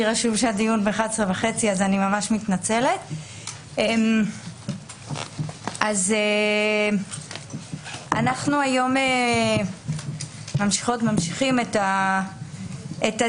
רשום שהדיון בשעה 11:30. אנחנו היום ממשיכות וממשיכים את הדיון